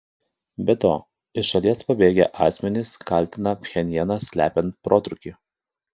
be to iš šalies pabėgę asmenys kaltina pchenjaną slepiant protrūkį